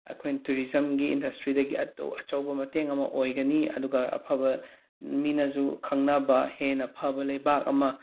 ꯑꯩꯈꯣꯏꯅ ꯇꯨꯔꯤꯖꯝꯒꯤ ꯏꯟꯗꯁꯇ꯭ꯔꯤꯗꯒꯤ ꯑꯆꯧꯕ ꯃꯇꯦꯡ ꯑꯃ ꯑꯣꯏꯒꯅꯤ ꯑꯗꯨꯒ ꯑꯐꯕ ꯃꯤꯅꯁꯨ ꯈꯪꯅꯕ ꯍꯦꯟꯅ ꯐꯕ ꯂꯩꯕꯥꯛ ꯑꯃ